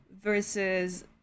versus